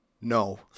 No